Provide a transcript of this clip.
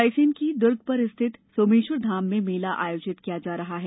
रायसेन के दुर्ग पर स्थित सोमेश्वर धाम में मेला आयोजिल किया जा रहा है